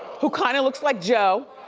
who kind of looks like joe.